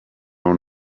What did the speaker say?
own